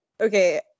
Okay